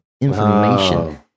information